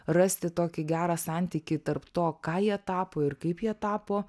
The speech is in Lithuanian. rasti tokį gerą santykį tarp to ką jie tapo ir kaip jie tapo